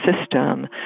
system